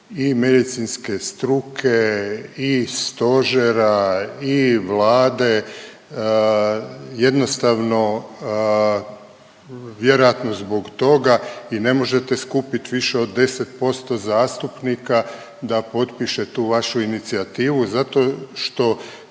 i medicinske struke i stožera i Vlade. Jednostavno vjerojatno zbog toga i ne možete skupit više od 10% zastupnika da potpiše tu vašu inicijativu zato što